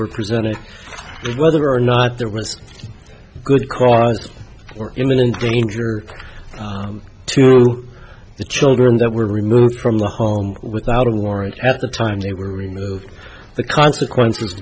were presented is whether or not there was good cause or imminent danger to the children that were removed from the home without a warrant at the time they were removed the consequences